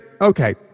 Okay